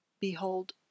BEHOLD